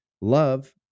love